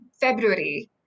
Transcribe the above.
February